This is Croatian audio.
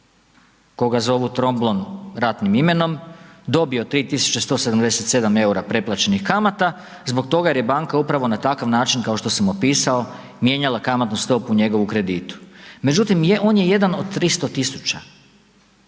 koga zovu Tromblon ratnim imenom, dobio 3.177 EUR-a preplaćenih kamata zbog toga jer je banka upravo na takav način kao što sam opisao mijenjala kamatnu stopu u njegovu kreditu. Međutim, on je jedan od 300.000,